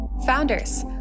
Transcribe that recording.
Founders